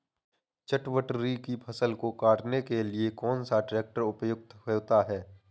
चटवटरी की फसल को काटने के लिए कौन सा ट्रैक्टर उपयुक्त होता है?